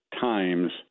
times